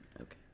Okay